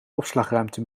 opslagruimte